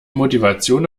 motivation